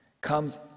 comes